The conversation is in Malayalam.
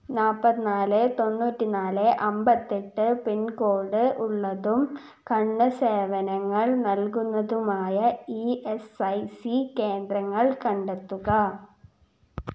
നാൽപ്പത്തിനാല് തൊണ്ണൂറ്റിനാൽ അമ്പത്തെട്ട് പിൻകോഡ് ഉള്ളതും കണ്ണ് സേവനങ്ങൾ നൽകുന്നതുമായ ഇ എസ് ഐ സി കേന്ദ്രങ്ങൾ കണ്ടെത്തുക